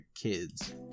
kids